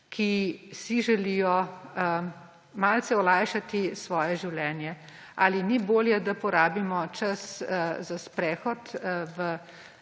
ki si želijo malce olajšati svoje življenje. Ali ni bolje, da porabimo čas za sprehod v